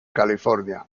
california